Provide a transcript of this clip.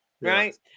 Right